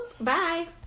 Bye